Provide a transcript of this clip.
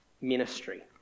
ministry